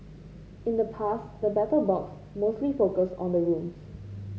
in the past the Battle Box mostly focused on the rooms